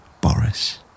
Boris